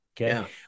Okay